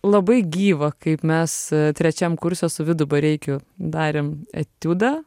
labai gyva kaip mes trečiam kurse su vidu bareikiu darėm etiudą